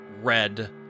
red